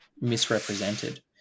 misrepresented